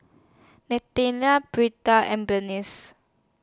Nathanael and Bernice